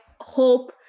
hope